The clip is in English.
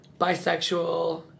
bisexual